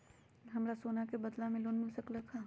हमरा सोना के बदला में लोन मिल सकलक ह?